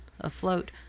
afloat